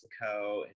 Mexico